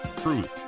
truth